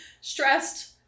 stressed